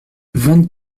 vingt